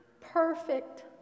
Perfect